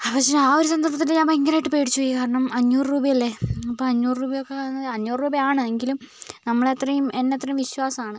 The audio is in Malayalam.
ആ പക്ഷെ ആ ഒരു സന്ദർഭത്തിൽ ഞാൻ ഭയങ്കരമായിട്ട് പേടിച്ചുപോയി കാരണം അഞ്ഞൂറ് രൂപയല്ലേ അപ്പോൾ അഞ്ഞൂറു രൂപയൊക്കെ അഞ്ഞൂറുരൂപയാണ് എങ്കിലും നമ്മളത്രെയും എന്നെ അത്രയും വിശ്വാസമാണ്